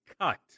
cut